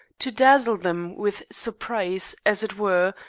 to dazzle them with surprise, as it were,